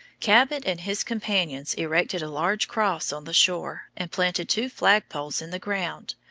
cabot and his companions erected a large cross on the shore, and planted two flagpoles in the ground,